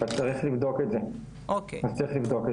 יש את הבשר המצונן שמיובא ויש את